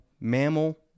mammal